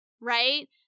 Right